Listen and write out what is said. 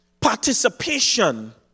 Participation